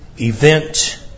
event